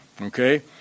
Okay